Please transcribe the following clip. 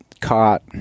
caught